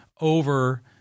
over